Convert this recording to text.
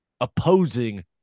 opposing